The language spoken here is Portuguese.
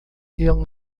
ele